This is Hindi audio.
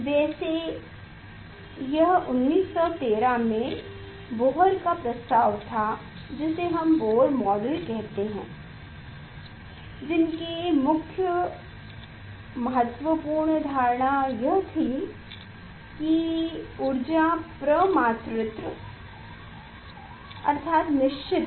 वैसेयह 1913 में बोह्रर का प्रस्ताव था जिसे हम बोहर मॉडल कहते हैं और जिनके मुख्य महत्वपूर्ण धारणा यह थी कि ऊर्जा प्रमात्रित निश्चित है